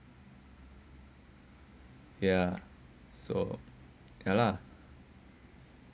ya so ya lah